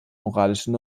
moralischen